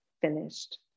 finished